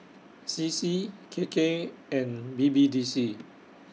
C C K K and B B D C